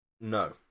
No